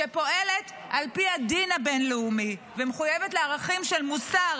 שפועלת על פי הדין הבין-לאומי ומחויבת לערכים של מוסר,